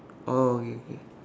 oh okay okay